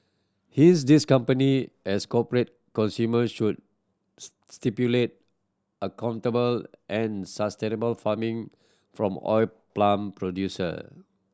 hence these company as corporate consumer should stipulate accountable and sustainable farming from oil palm producer